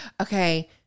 Okay